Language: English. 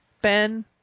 Ben